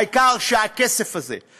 העיקר שהכסף הזה,